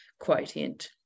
quotient